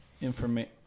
information